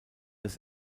des